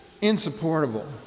insupportable